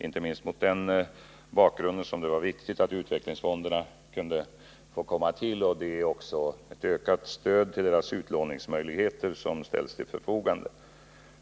Inte minst mot den bakgrunden var det viktigt att utvecklingsfonderna kom till stånd, och ett ökat stöd till deras utlåningsmöjligheter har också ställts till förfogande.